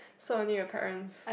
so only your parents